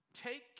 take